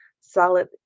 solid